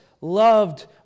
loved